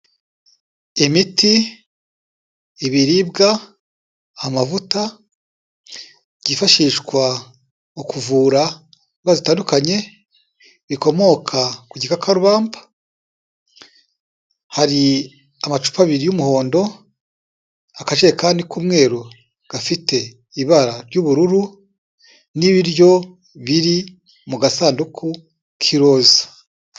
Imiti, ibiribwa, amavuta, byifashishwa mu kuvura indwara zitandukanye bikomoka ku gikakarubamba, hari amacupa abiri y'umuhondo, akajerekani k'umweru gafite ibara ry'ubururu n'ibiryo biri mu gasanduku k'iroza.